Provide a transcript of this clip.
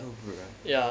right